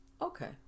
Okay